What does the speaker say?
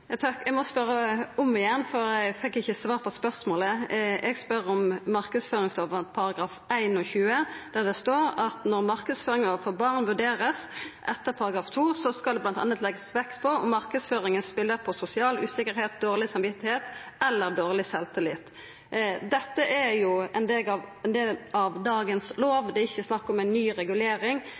Eg må spørja om igjen, for eg fekk ikkje svar på spørsmålet. Eg spør om § 21 i marknadsføringslova der det står: «Når markedsføring overfor barn vurderes etter § 2, skal det blant annet legges vekt på om markedsføringen» «spiller på sosial usikkerhet, dårlig samvittighet eller dårlig selvtillit» Dette er jo ein del av dagens lov, det er ikkje snakk om ei ny regulering.